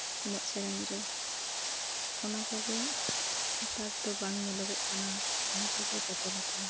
ᱮᱱᱮᱡ ᱥᱮᱨᱮᱧ ᱨᱮ ᱚᱱᱟ ᱠᱚᱜᱮ ᱱᱮᱛᱟᱨ ᱫᱚ ᱵᱟᱝ ᱧᱮᱞᱚᱜᱚᱜ ᱠᱟᱱᱟ ᱚᱱᱟᱠᱚᱜᱮ ᱵᱚᱫᱚᱞᱟᱠᱟᱱᱟ